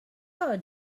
her